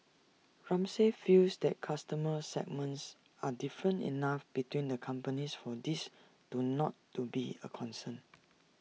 Ramsay feels that customer segments are different enough between the companies for this to not T to be A concern